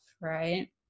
right